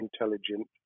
intelligent